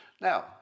Now